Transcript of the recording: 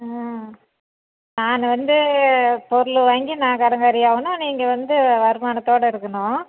ம் நான் வந்து பொருள் வாங்கி நான் கடங்காரி ஆகணும் நீங்கள் வந்து வருமானத்தோடு இருக்கணும்